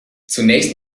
zunächst